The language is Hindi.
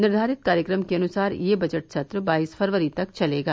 निर्धारित कार्यक्रम के अनुसार यह बजट सत्र बाईस फरवरी तक चलेगा